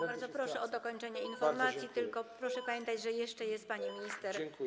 Tak, bardzo proszę o dokończenie informacji, tylko proszę pamiętać, że jeszcze jest pani minister zdrowia.